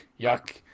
Yuck